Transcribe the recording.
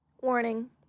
Warning